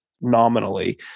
nominally